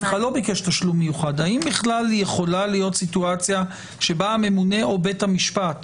האם בכלל יכולה להיות סיטואציה שבה הממונה או בית המשפט